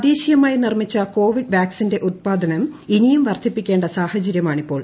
തദ്ദേശീയമായി നിർമ്മിച്ച കോവിഡ് വാക്സിന്റെ ഉല്പാദനം ഇനിയും വർദ്ധിപ്പിക്കേണ്ട സാഹചരൃമാണിപ്പോൾ